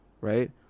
right